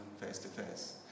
face-to-face